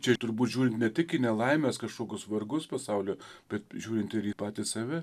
čia turbūt žiūrint ne tik į nelaimes kažkokius vargus pasaulio bet žiūrint ir į patį save